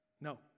No